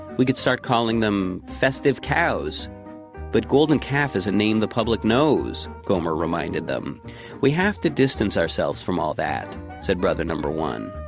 we could start calling them festive cows but golden calf is a name the public knows, gomer reminded them we have to distance ourselves from all that, said brother number one,